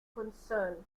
concern